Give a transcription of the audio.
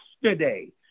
yesterday